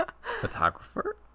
photographer